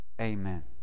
amen